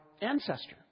ancestor